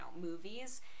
movies